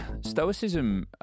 Stoicism